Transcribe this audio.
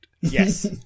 Yes